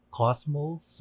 cosmos